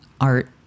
art